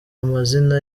amazina